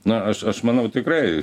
na aš aš manau tikrai